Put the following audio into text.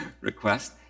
request